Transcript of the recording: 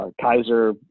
Kaiser